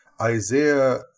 Isaiah